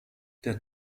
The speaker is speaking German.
der